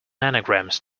nanograms